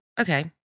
Okay